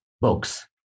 books